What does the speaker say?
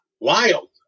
wild